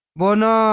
bono